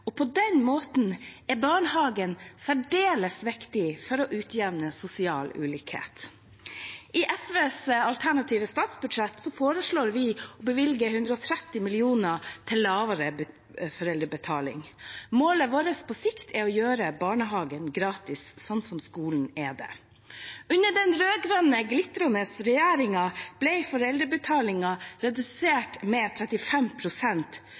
bosted. På den måten er barnehagen særdeles viktig for å utjevne sosial ulikhet. I SVs alternative statsbudsjett foreslår vi å bevilge 130 mill. kr til lavere foreldrebetaling. Målet vårt på sikt er å gjøre barnehagen gratis, sånn som skolen er det. Under den rød-grønne, glitrende regjeringen ble foreldrebetalingen redusert med